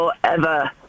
forever